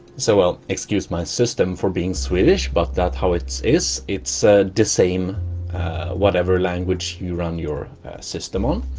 so well, excuse my system for being swedish, but that's how it is it's ah the same whatever language you run your system on